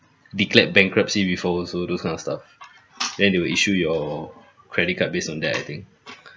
declared bankruptcy before also those kind of stuff then they will issue your credit card based on that I think